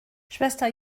schwester